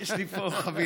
יש לי פה חבילה.